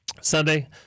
Sunday